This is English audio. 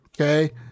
okay